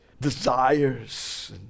desires